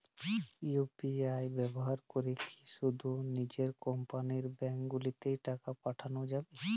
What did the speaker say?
UPI ব্যবহার করে কি শুধু নিজের কোম্পানীর ব্যাংকগুলিতেই টাকা পাঠানো যাবে?